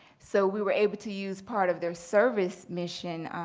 so we were able to use part of their service mission,